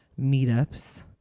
meetups